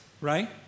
right